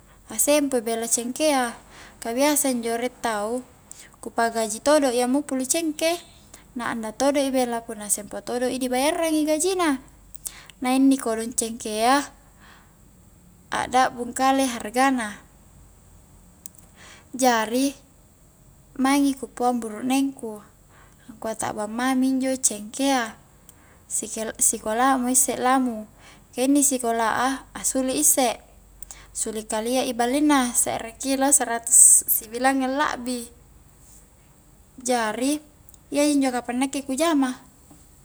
Asempo i bela cengkea, ka biasa injo rie tau ku pa gaji todo i ammupulu cengke, na anda todo i bela punna sempo todo i di bayarraangi gaji na na inni kodong cengkea, a' dakbung kale harga na, jari maingi ku paoang burukneng ku angkua takbang mami injo cengkea si-sikola' mo isse lamung ka inni sikola' a, asuli isse suli kalia i ballinna, sere kilo seratus sibilangngang lakbi, jari iyaji injo kapang nakke ku jama